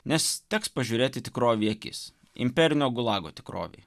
nes teks pažiūrėti tikrovei į akis imperinio gulago tikrovei